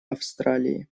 австралии